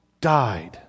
died